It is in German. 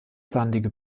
sandige